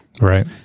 Right